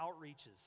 outreaches